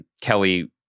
Kelly